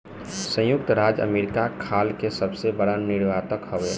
संयुक्त राज्य अमेरिका खाल के सबसे बड़ निर्यातक हवे